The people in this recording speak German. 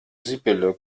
sibylle